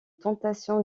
tentation